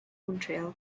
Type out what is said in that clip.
montreal